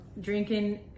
drinking